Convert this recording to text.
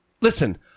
listen